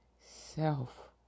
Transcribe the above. self